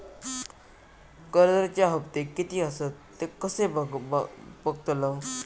कर्जच्या हप्ते किती आसत ते कसे बगतलव?